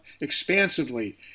expansively